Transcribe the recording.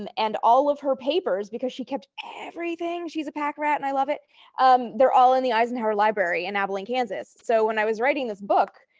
um and all of her papers because she kept everything. she was a pack rat and i love it they're all in the eisenhower library in abilene, kansas. so when i was writing this book.